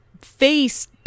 face